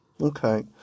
Okay